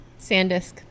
SanDisk